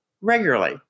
regularly